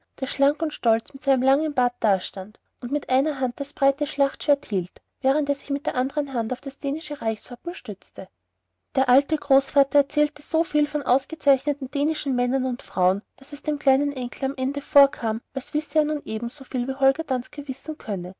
der schlank und stolz mit seinem langen bart dastand und in der einen hand das breite schlachtschwert hielt während er sich mit der andern hand auf das dänische reichswappen stützte der alte großvater erzählte so viel von ausgezeichneten dänischen männern und frauen daß es dem kleinen enkel am ende vorkam als wisse er nun ebensoviel wie holger danske wissen könne